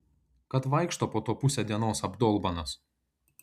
kad vaikšto po to pusę dienos abdolbanas